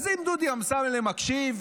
אז אם דודי אמסלם מקשיב,